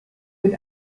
mit